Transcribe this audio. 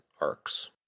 arcs